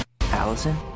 Allison